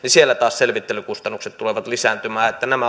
selvittelykustannukset tulevat taas lisääntymään joten nämä